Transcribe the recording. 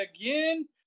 again